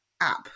app